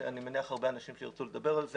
אני מניח שיש הרבה אנשים שירצו לדבר על כך.